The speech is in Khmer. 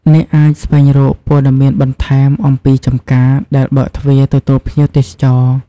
អ្នកអាចស្វែងរកព័ត៌មានបន្ថែមអំពីចម្ការដែលបើកទ្វារទទួលភ្ញៀវទេសចរ។